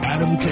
Adam